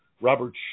Robert